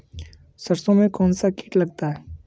सरसों में कौनसा कीट लगता है?